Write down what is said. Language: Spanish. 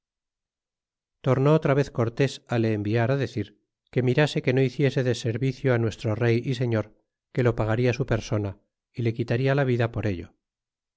tomó otra vez cortés le enviará decir que mirase que no hickse deservicio nuestro rey y señor que lo pagarla su persona y le quitarla la vida por ello